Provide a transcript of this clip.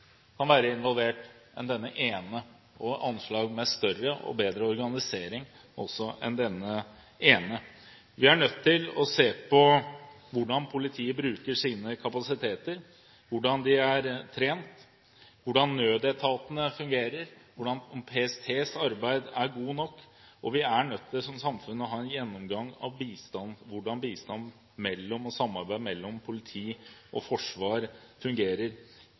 enn denne ene kan være involvert, og anslag med større og bedre organisering. Vi er nødt til å se på hvordan politiet bruker sine kapasiteter, hvordan de er trent, hvordan nødetatene fungerer, og om PSTs arbeid er godt nok. Vi er som samfunn nødt til å ha en gjennomgang av bistand og hvordan samarbeidet mellom politiet og Forsvaret fungerer – ikke for at vi skal endre prinsippene mellom forsvar og